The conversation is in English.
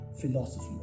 philosophy